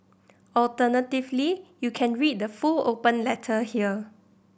alternatively you can read the full open letter here